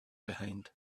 behind